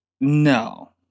No